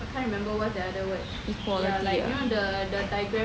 equality ah